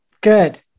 Good